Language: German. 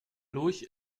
lurch